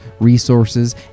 resources